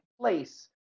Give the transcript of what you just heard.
place